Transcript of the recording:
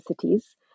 cities